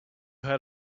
heard